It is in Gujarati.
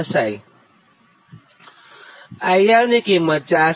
ની IR કિંમત 477